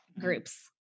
groups